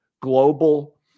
global